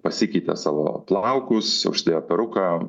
pasikeitė savo plaukus uždėjo peruką